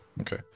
Okay